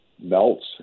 melts